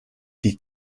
die